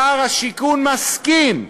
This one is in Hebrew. שר השיכון מסכים,